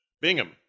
Bingham